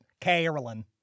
Carolyn